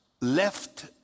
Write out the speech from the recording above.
left